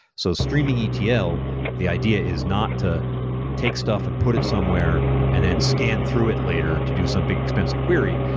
so streaming etl, the idea is not to take stuff and put it somewhere and then scan through it later to do some big expensive query.